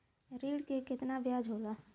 ऋण के कितना ब्याज होला?